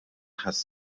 has